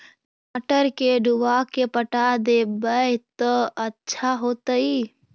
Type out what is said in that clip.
टमाटर के डुबा के पटा देबै त अच्छा होतई?